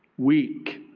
weak.